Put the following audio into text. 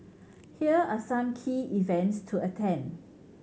here are some key events to attend